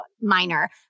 minor